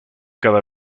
cada